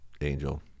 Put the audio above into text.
Angel